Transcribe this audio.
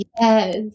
Yes